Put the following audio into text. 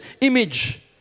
image